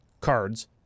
cards